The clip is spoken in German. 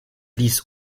ließ